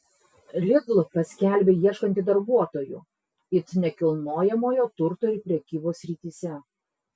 lidl paskelbė ieškanti darbuotojų it nekilnojamojo turto ir prekybos srityse